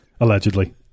allegedly